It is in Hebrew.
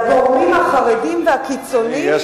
לגורמים החרדיים והקיצוניים.